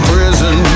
Prison